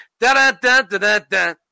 da-da-da-da-da-da